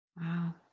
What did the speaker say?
wow